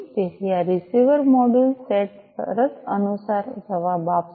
તેથી આ receiver module set શરત અનુસાર જવાબ આપશે